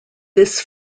this